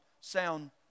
sound